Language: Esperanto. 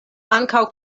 ankaŭ